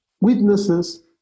witnesses